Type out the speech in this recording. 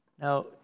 Now